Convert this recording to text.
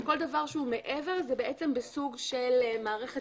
כל דבר מעבר זה סוג מערכת